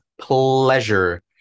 pleasure